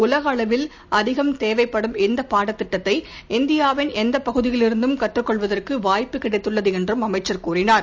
உலகளவில் அதிகம் தேவைப்படும் இந்தப் பாடத்திட்டத்தை இந்தியாவின் எந்த பகுதியிலிருந்தும் கற்றுக்கொள்வதற்கு வாய்ப்பு கிடைத்துள்ளது என்று அமைச்சர் கூறினார்